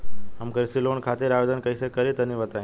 हम कृषि लोन खातिर आवेदन कइसे करि तनि बताई?